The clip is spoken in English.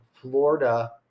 Florida